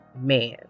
man